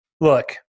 look